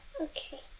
Okay